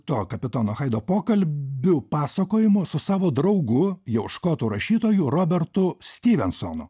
to kapitono haido pokalbiu pasakojimo su savo draugu jau škotų rašytoju robertu styvensonu